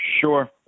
Sure